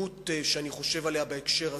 דמות שאני חושב עליה בהקשר הזה,